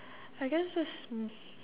I guess there's mm